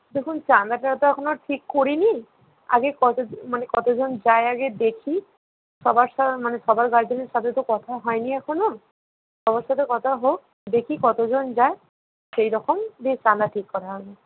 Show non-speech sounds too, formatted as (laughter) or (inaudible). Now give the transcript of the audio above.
দেখুন চাঁদাটা তো এখনও ঠিক করি নি আগে কত (unintelligible) মানে কতজন যায় আগে দেখি সবার (unintelligible) মানে সবার গার্জেনের সাথে তো কথা হয় নি এখনও সবার সাথে কথা হোক দেখি কতজন যায় সেইরকম দিয়ে চাঁদা ঠিক করা হবে